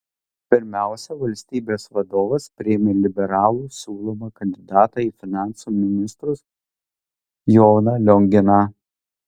pirmiausia valstybės vadovas priėmė liberalų siūlomą kandidatą į finansų ministrus joną lionginą